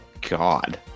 God